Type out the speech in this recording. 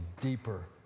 deeper